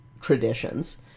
traditions